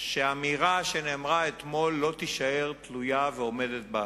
שהאמירה שנאמרה אתמול לא תישאר תלויה ועומדת באוויר.